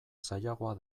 zailagoa